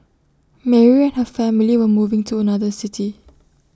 Mary and her family were moving to another city